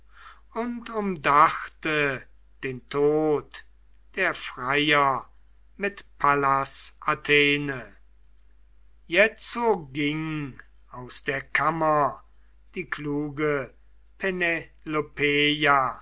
und umdachte den tod der freier mit pallas athene jetzo ging aus der kammer die kluge